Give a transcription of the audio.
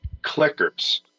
clickers